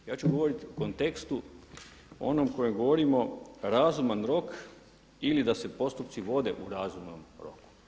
Ja ću govoriti u kontekstu onom kojem govorimo razuman rok ili da se postupci vode u razumnom roku.